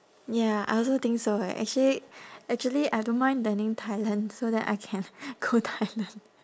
ya I also think so eh actually actually I don't mind learning thailand so that I can go thailand